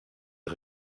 est